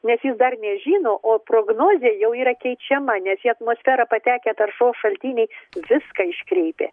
nes jis dar nežino o prognozė jau yra keičiama nes į atmosferą patekę taršos šaltiniai viską iškreipia